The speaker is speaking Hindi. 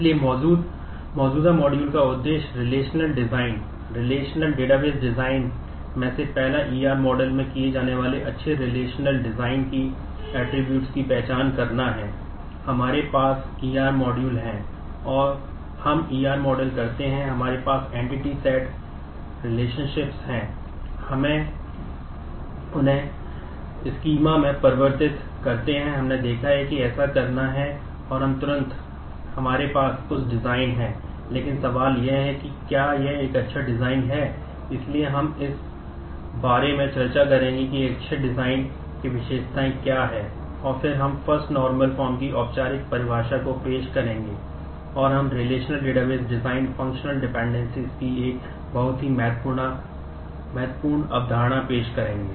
इसलिए मौजूदा मॉड्यूल का उद्देश्य रिलेशनल डिज़ाइन की एक बहुत ही महत्वपूर्ण अवधारणा पेश करेंगे